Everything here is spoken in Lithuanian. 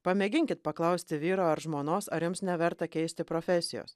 pamėginkit paklausti vyro ar žmonos ar jums neverta keisti profesijos